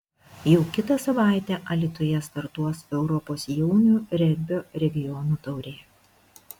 jau kitą savaitę alytuje startuos europos jaunių regbio regionų taurė